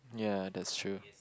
ya that's true